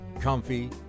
comfy